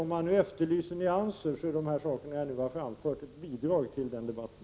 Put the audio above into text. Om man nu efterlyser nyanser, är de saker jag nu har framfört ett bidrag i den debatten.